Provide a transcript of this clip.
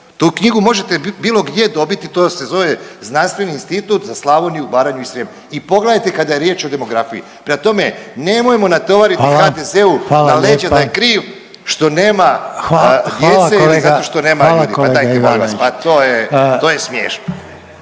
Tu knjigu možete bilo gdje dobiti. To se zove znanstveni Institut za Slavoniju, Baranju i Srijem. I pogledajte kada je riječ o demografiji. Prema tome, nemojmo natovariti HDZ-u na leđa da je kriv … …/Upadica Reiner: Hvala lijepa./… … što nema djece